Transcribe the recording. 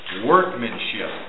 workmanship